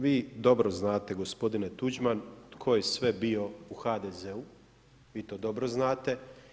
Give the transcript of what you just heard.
Vi dobro znate gospodine Tuđman tko je sve bio u HDZ-u, vi to dobro znate.